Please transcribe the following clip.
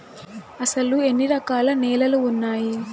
అసలు ఎన్ని రకాల నేలలు వున్నాయి?